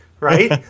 Right